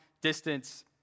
distance